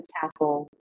tackle